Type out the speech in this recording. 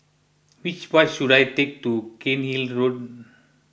which bus should I take to Cairnhill Road